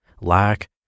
lack